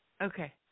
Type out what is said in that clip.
Okay